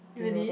really